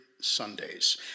Sundays